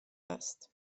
است